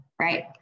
right